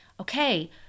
Okay